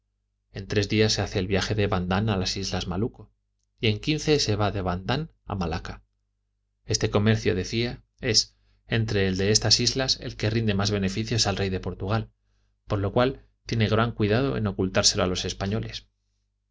en tres días se hace el viaje de bandán a las islas malucco y en quince se va de bandán a malaca este comercio decía es entre el de estas islas el que rinde más beneficio al rey de portugal por lo cual tiene gran cuidado en ocultárselo a los españoles